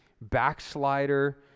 backslider